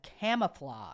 camouflage